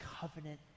covenant